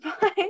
Bye